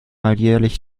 alljährlich